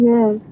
Yes